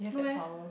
no eh